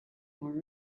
more